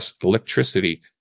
electricity